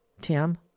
Tim